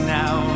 now